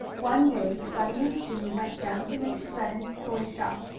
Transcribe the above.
one day bunny and sue went down to mrs. redden's toy shop.